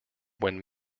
when